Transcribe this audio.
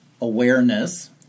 awareness